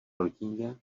rodině